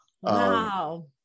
Wow